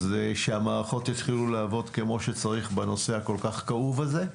שהמערכות יתחילו לעבוד כמו שצריך בנושא הכל כך כאוב הזה,